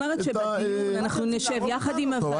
בדיון נשב יחד עם הוועדה.